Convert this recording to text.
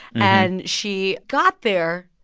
and she got there.